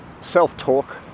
self-talk